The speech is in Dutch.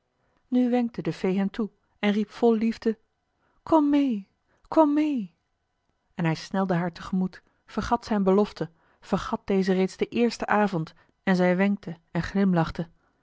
nu wenkte de fee hem toe en riep vol liefde kom mee kom mee en hij snelde haar tegemoet vergat zijn belofte vergat deze reeds den eersten avond en zij wenkte en glimlachte